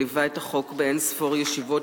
שליווה את החוק באין-ספור ישיבות,